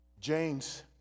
James